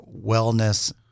wellness